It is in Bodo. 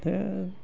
औ